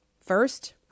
First